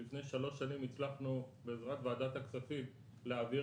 שלפני שלוש שנים הצלחנו בעזרת ועדת הכספים להעביר